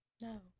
No